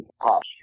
posture